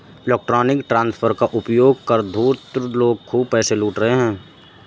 electronic transfer का उपयोग कर धूर्त लोग खूब पैसे लूट रहे हैं